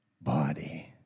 body